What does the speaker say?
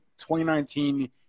2019